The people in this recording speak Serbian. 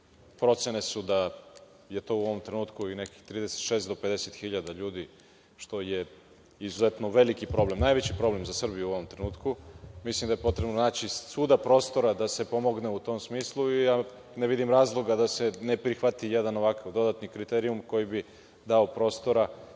Procene su da je to u ovom trenutku i nekih 36 do 50.000 ljudi što je izuzetno veliki problem, najveći problem za Srbiju u ovom trenutku. Mislim da je potrebno naći svuda prostora da se pomogne u tom smislu, i ne vidim razloga da se ne prihvati jedan ovakav dodatni kriterijum koji bi dao prostora